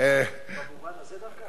במובן הזה דווקא?